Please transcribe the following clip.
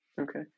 Okay